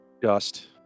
Dust